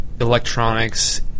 electronics –